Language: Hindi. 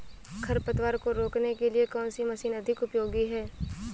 खरपतवार को रोकने के लिए कौन सी मशीन अधिक उपयोगी है?